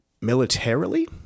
militarily